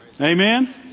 Amen